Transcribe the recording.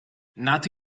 nato